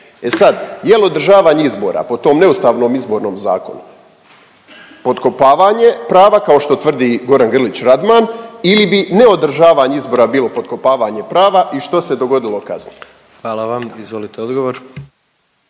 E sad, je li održavanje izbora po tom neustavnom izbornom zakonu potkopavanje prava kao što tvrdi Goran Grlić Radman ili bi neodržavanje izbora bilo potkopavanje prava i što se dogodilo kasnije? **Jandroković, Gordan